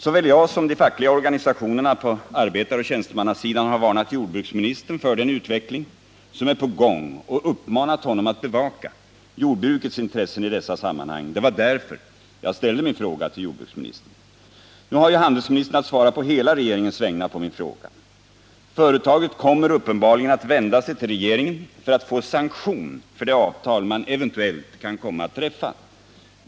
Såväl jag som de fackliga organisationerna på arbetaroch tjänstemannasidan har varnat jordbruksministern för den utveckling som är på gång och uppmanat honom att bevaka jordbrukets intressen i dessa sammanhang. Det var därför jag ställde min fråga till jordbruksministern. Nu har handelsministern svarat på hela regeringens vägnar på min fråga. Företaget kommer uppenbarligen att vända sig till regeringen för att få sanktion för det avtal man eventuellt kan komma att träffa.